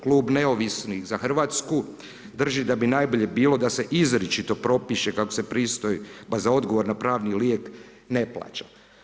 Klub Neovisnih za Hrvatsku, drži da bi najbolje bilo da se izričito propiše kako se pristojba za odgovor na pravni lijek ne plaća.